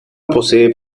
posee